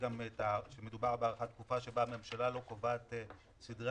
מדובר בהארכת תקופה שבה הממשלה לא קובעת סדרי